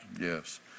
Yes